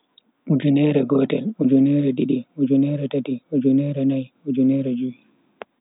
Ujuneere gotel, ujuneere didi, ujuneere tati, ujuneere nai, ujuneere jui.